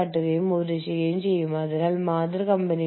തുടർന്ന് നിങ്ങൾ കയറ്റുമതിയിലൂടെ അന്താരാഷ്ട്രവൽക്കരിക്കുന്നു